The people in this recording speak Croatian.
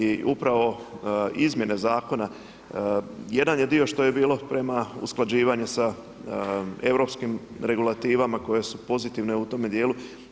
I upravo izmjene zakona, jedan je dio što je bilo prema usklađivanje sa europskim regulativama koje su pozitivne u tome dijelu.